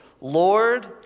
Lord